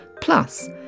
Plus